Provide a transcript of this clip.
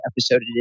episode